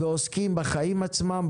ועוסקים בחיים עצמם,